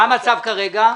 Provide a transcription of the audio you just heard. מה המצב כרגע?